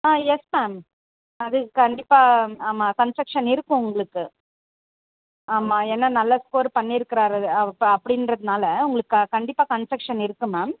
ஆ yes ma'am அது கண்டிப்பாக ஆமாம் கன்ஸக்ஷன் இருக்கும் உங்களுக்கு ஆமாம் ஏன்னா நல்லா ஸ்கோர் பண்ணிருக்கிறாரு அப்படின்றதுனால உங்களுக்கு க கண்டிப்பாக கன்ஸக்ஷன் இருக்கும் மேம்